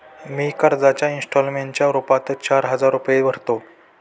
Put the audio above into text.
मी कर्जाच्या इंस्टॉलमेंटच्या रूपात चार हजार रुपये भरतो